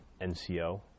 NCO